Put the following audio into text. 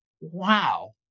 wow